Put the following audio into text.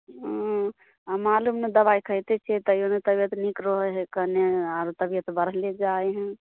हूँ मालुम नहि दवाइ खाइते छियै तैयो नहि तबियत नीक रहै हय कनि आर तबियत बढ़ले जाइ है